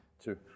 two